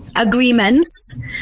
agreements